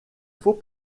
faut